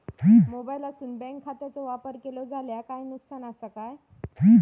मोबाईलातसून बँक खात्याचो वापर केलो जाल्या काय नुकसान असा काय?